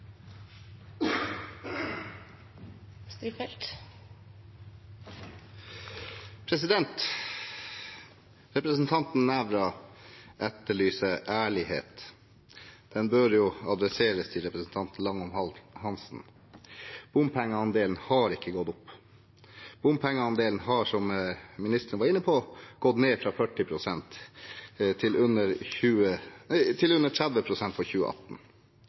på Stortinget. Representanten Nævra etterlyser ærlighet. Den bør jo adresseres til representanten Langholm Hansen. Bompengeandelen har ikke gått opp. Bompengeandelen har, som ministeren var inne på, gått ned fra 40 pst. til under 30 pst. for 2018,